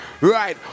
right